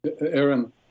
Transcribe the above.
Aaron